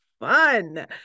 fun